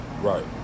right